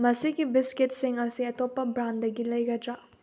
ꯃꯁꯤꯒꯤ ꯕꯤꯁꯀꯤꯠꯁꯤꯡ ꯑꯁꯤ ꯑꯇꯣꯞꯄ ꯕ꯭ꯔꯥꯟꯒꯤ ꯂꯩꯒꯗ꯭ꯔꯥ